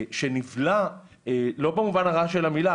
שנבלע - לא במובן הרע של המילה,